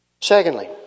Secondly